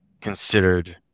considered